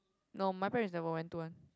no my parents never went to one